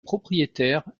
propriétaire